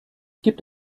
gibt